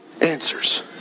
answers